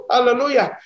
Hallelujah